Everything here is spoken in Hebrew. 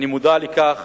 אני מודע לכך